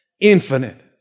Infinite